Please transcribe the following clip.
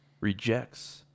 rejects